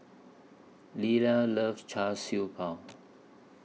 Leila loves Char Siew Bao